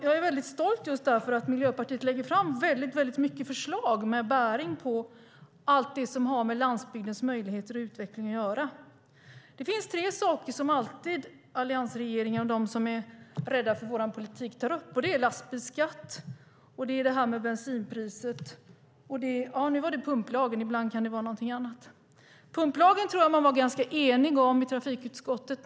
Jag är mycket stolt just därför att Miljöpartiet lägger fram många förslag med bäring på allt det som har med landsbygdens möjligheter och utveckling att göra. Det finns tre saker som alliansregeringen och de som är rädda för vår politik alltid tar upp. Det är lastbilsskatten och bensinpriset. Den här gången var det pumplagen också. Ibland kan det vara någonting annat. Pumplagen tror jag att man var ganska enig om i trafikutskottet.